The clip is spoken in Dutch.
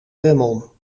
remon